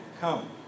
come